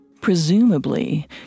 Presumably